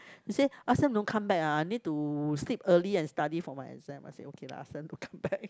she said ask them don't come back ah I need to sleep early and study for my exam I said okay lah ask them don't come back